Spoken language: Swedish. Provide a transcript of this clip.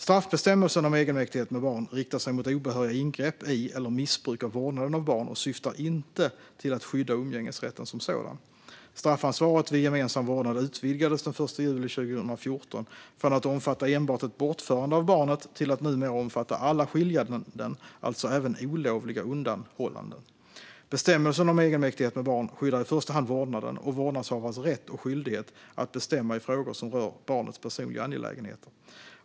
Straffbestämmelsen om egenmäktighet med barn riktar sig mot obehöriga ingrepp i eller missbruk av vårdnaden av barn och syftar inte till att skydda umgängesrätten som sådan. Straffansvaret vid gemensam vårdnad utvidgades den 1 juli 2014 från att omfatta enbart ett bortförande av barnet till att numera omfatta alla skiljanden, alltså även olovliga undanhållanden. Bestämmelsen om egenmäktighet med barn skyddar i första hand vårdnaden och vårdnadshavares rätt och skyldighet att bestämma i frågor som rör barnets personliga angelägenheter.